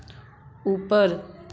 ऊपर